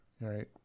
Right